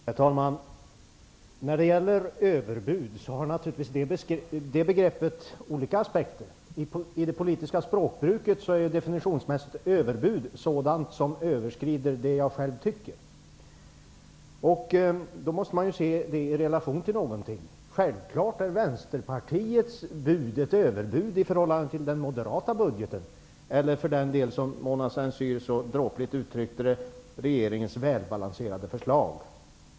Herr talman! Begreppet överbud har naturligtvis olika aspekter. I det politiska språkbruket är överbud definitionsmässigt sådant som överskrider det jag själv tycker. Då måste man se detta i relation till någonting. Självklart är Vänsterpartiets bud ett överbud i förhållande till den moderata budgeten eller till -- som Mona Saint Cyr så dråpligt uttryckte det -- regeringens välbalanserade förslag.